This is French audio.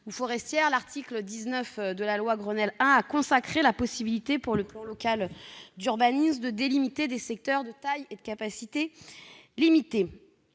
ou forestière, l'article 19 de la loi Grenelle I a consacré la possibilité pour le plan local d'urbanisme de délimiter des secteurs de taille et de capacité limitées.